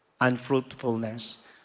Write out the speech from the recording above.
Unfruitfulness